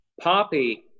Poppy